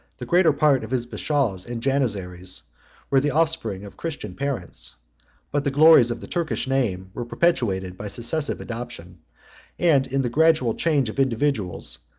the greatest part of his bashaws and janizaries were the offspring of christian parents but the glories of the turkish name were perpetuated by successive adoption and in the gradual change of individuals,